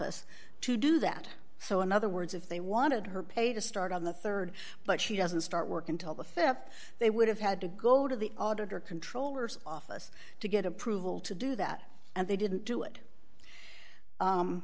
e to do that so in other words if they wanted her pay to start on the rd but she doesn't start work until the th they would have had to go to the auditor controllers office to get approval to do that and they didn't do it